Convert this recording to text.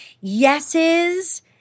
Yeses